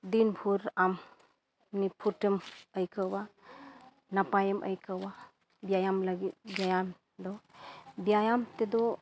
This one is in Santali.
ᱫᱤᱱ ᱵᱷᱳᱨ ᱟᱢ ᱱᱤᱯᱷᱩᱴᱮᱢ ᱟᱹᱭᱠᱟᱹᱣᱟ ᱱᱟᱯᱟᱭᱮᱢ ᱟᱹᱭᱠᱟᱹᱣᱟ ᱵᱮᱭᱟᱢ ᱞᱟᱹᱜᱤᱫ ᱵᱮᱭᱟᱢ ᱫᱚ ᱵᱮᱭᱟᱢ ᱛᱮᱫᱚ